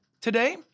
today